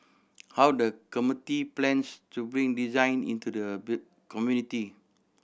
how the committee plans to bring design into the community